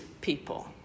people